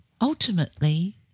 Ultimately